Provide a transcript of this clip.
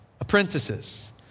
apprentices